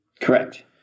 Correct